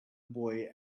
boy